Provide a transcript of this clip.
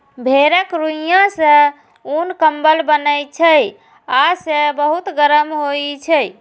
भेड़क रुइंया सं उन, कंबल बनै छै आ से बहुत गरम होइ छै